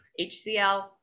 HCL